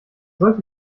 sollte